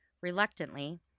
Reluctantly